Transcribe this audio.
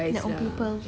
their own people